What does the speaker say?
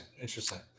interesting